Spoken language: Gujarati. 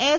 એસ